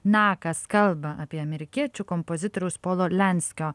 nakas kalba apie amerikiečių kompozitoriaus polo lenskio